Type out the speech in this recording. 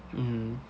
mm